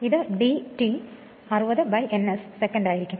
ഇത് dt 60 NS second ആയിരിക്കും